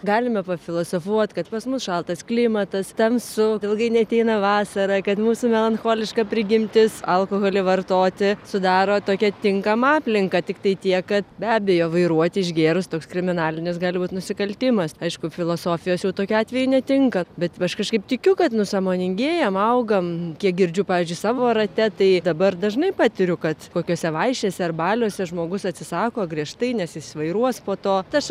galime filosofuot kad pas mus šaltas klimatas tamsu ilgai neateina vasara kad mūsų melancholiška prigimtis alkoholį vartoti sudaro tokią tinkamą aplinką tiktai tiek kad be abejo vairuoti išgėrus toks kriminalinis gali būt nusikaltimas aišku filosofijos jau tokiu atveju netinka bet aš kažkaip tikiu kad nu sąmoningėjam augam kiek girdžiu pavyzdžiui savo rate tai dabar dažnai patiriu kad kokiose vaišėse ar baliuose žmogus atsisako griežtai nes jis vairuos po to tai aš